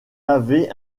avez